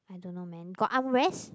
I don't know man got arm rest